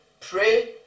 pray